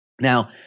Now